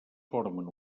formen